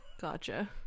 Gotcha